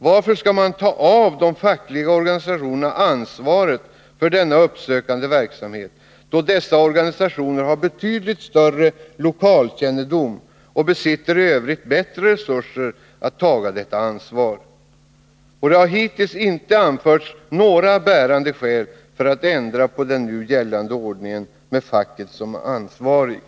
Varför skall man ta ifrån de fackliga organisationerna ansvaret för den uppsökande verksamheten, då dessa organisationer har betydligt större lokalkännedom och besitter i övrigt bättre resurser att ta detta ansvar? Det har hittills inte anförts några bärande skäl för att ändra på den nu gällande ordningen med facket som ansvarig.